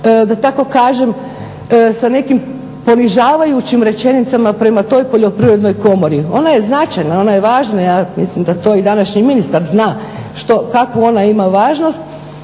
da tako kažem sa nekim ponižavajućim rečenicama prema toj Poljoprivrednoj komori. Ona je značajna, ona je važna. Ja mislim da to i današnji ministar zna kakvu ona ima važnost.